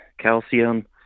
calcium